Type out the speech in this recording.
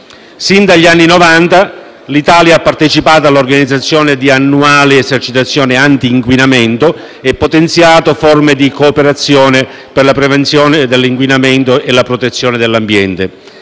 Sin dagli anni Novanta l'Italia ha partecipato all'organizzazione di annuali esercitazioni antinquinamento e potenziato forme di cooperazione per la prevenzione dell'inquinamento e la protezione dell'ambiente.